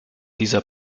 dieser